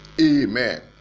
amen